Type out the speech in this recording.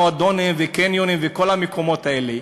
מועדונים וקניונים וכל המקומות האלה,